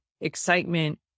excitement